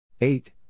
Eight